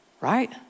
right